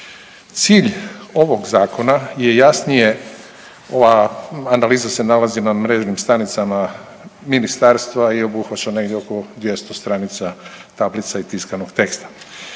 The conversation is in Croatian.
Cilj ovog zakona je jasnije, ova analiza se nalazi na mrežnim stranicama ministarstva i obuhvaća negdje oko 200 stranica tablica i tiskanog teksta,